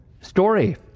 story